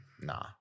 Nah